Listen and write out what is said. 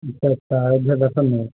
अच्छा अच्छा अयोध्या दर्शननगर